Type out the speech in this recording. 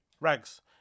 Rags